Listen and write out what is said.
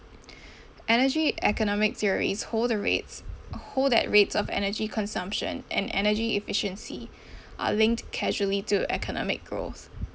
energy economic theories hold the rates hold that rates of energy consumption and energy efficiency are linked casually to economic growth